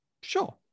sure